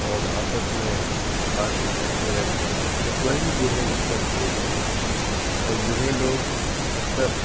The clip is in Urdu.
اور آپس میں بات چیت کرتے رہتے ہیں وہی بوڑھوں لوگ کا کھیل ہوا اور بوڑھے لوگ اکثر